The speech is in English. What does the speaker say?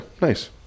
nice